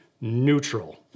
neutral